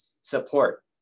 support